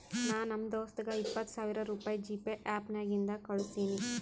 ನಾ ನಮ್ ದೋಸ್ತಗ ಇಪ್ಪತ್ ಸಾವಿರ ರುಪಾಯಿ ಜಿಪೇ ಆ್ಯಪ್ ನಾಗಿಂದೆ ಕಳುಸಿನಿ